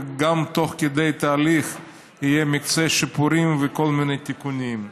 ותוך כדי תהליך יהיה מקצה שיפורים וכל מיני תיקונים.